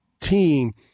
team